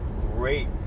great